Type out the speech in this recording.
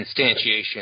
instantiation